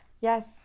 Yes